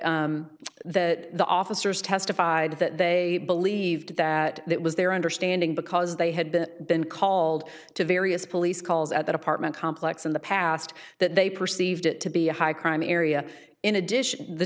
the officers testified that they believed that that was their understanding because they had been been called to various police calls at that apartment complex in the past that they perceived it to be a high crime area in addition t